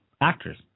actors